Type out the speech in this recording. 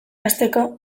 hasteko